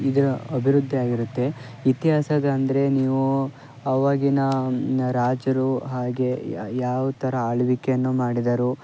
ಇದರ ಅಭಿವೃದ್ಧಿ ಆಗಿರುತ್ತೆ ಇತಿಹಾಸದ ಅಂದರೆ ನೀವು ಅವಾಗಿನ ರಾಜರು ಹಾಗೆ ಯಾವ ಥರ ಆಳ್ವಿಕೆಯನ್ನು ಮಾಡಿದರು